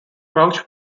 crouch